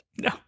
No